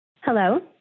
Hello